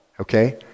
Okay